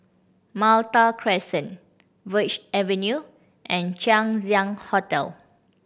Malta Crescent Verde Avenue and Chang Ziang Hotel